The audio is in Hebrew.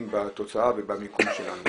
בתוצאה ובמיקום שלנו.